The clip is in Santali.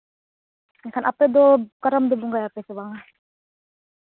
ᱮᱱᱠᱷᱟᱱ ᱟᱯᱮ ᱫᱚ ᱠᱟᱨᱟᱢ ᱯᱮ ᱵᱚᱸᱜᱟᱭᱟᱥᱮ ᱵᱟᱝ